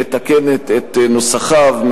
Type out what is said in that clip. מתקנת את נוסחיו,